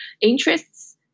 interests